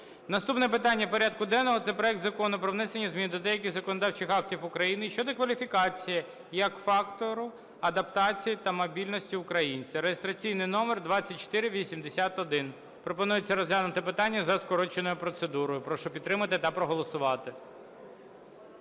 Наступне питання порядку денного – це проект Закону про внесення змін до деяких законодавчих актів України щодо кваліфікації, як фактору адаптації та мобільності українця (реєстраційний номер 2481). Пропонується розглянути питання за скороченою процедурою. Прошу підтримати та проголосувати.